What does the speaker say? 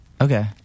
okay